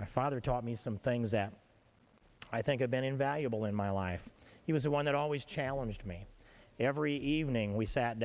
my father taught me some things that i think i've been invaluable in my life he was the one that always challenged me every evening we sat